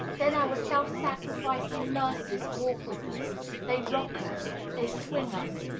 then our self-sacrificing nurses walk with us they rock us, they swing us,